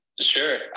Sure